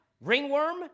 Ringworm